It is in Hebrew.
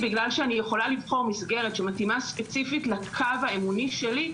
בגלל שאני יכולה לבחור מסגרת שמתאימה ספציפית לקו האמוני שלי,